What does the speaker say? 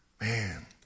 man